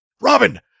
Robin